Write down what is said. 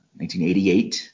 1988